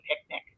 picnic